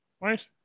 Right